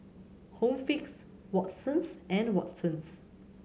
Home Fix Watsons and Watsons